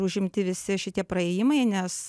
užimti visi šitie praėjimai nes